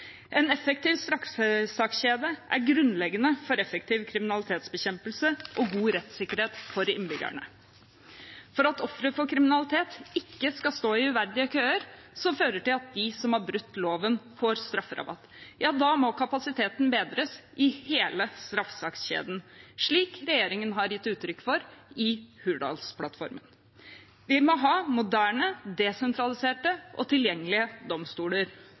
En effektiv straffesakskjede er grunnleggende for effektiv kriminalitetsbekjempelse og god rettssikkerhet for innbyggerne. For at ofre for kriminalitet ikke skal stå i uverdige køer som fører til at de som har brutt loven, får strafferabatt, må kapasiteten bedres i hele straffesakskjeden, slik regjeringen har gitt uttrykk for i Hurdalsplattformen. Vi må ha moderne, desentraliserte og tilgjengelige domstoler.